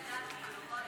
לא ידעתי, לא ראיתי.